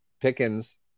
Pickens